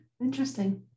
Interesting